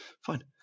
Fine